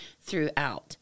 throughout